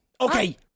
Okay